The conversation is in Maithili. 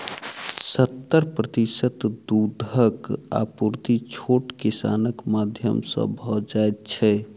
सत्तर प्रतिशत दूधक आपूर्ति छोट किसानक माध्यम सॅ भ जाइत छै